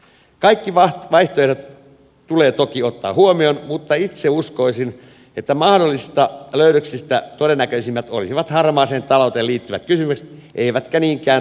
kaikki vaihtoehdot tulee toki ottaa huomioon mutta itse uskoisin että mahdollisista löydöksistä todennäköisimmät olisivat harmaaseen talouteen liittyvät kysymykset eivätkä niinkään turvallisuuspoliittiset asiat